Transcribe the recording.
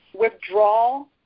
Withdrawal